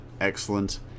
excellent